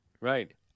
Right